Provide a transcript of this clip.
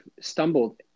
stumbled